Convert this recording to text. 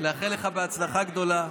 לאחל לך הצלחה גדולה.